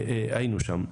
היינו שם,